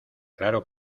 claro